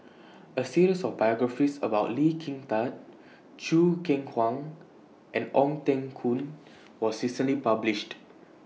A series of biographies about Lee Kin Tat Choo Keng Kwang and Ong Teng Koon was recently published